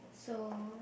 so